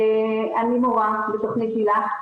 אני מורה בתכנית היל"ה.